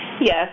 Yes